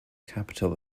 capital